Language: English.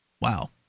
wow